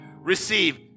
receive